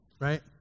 Right